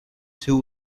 two